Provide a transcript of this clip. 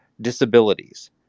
disabilities